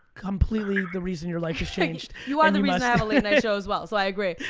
completely the reason your life has changed. you are the reason i have a late night show as well, so i agree.